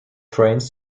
trains